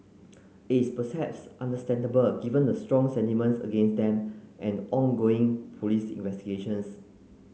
it is perhaps understandable given the strong sentiments against them and ongoing police investigations